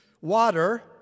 water